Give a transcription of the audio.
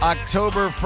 October